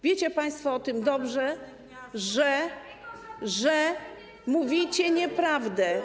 Wiecie państwo o tym dobrze, że mówicie nieprawdę.